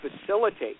facilitate